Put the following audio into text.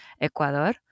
Ecuador